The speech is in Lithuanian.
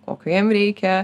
kokio jiem reikia